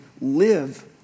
live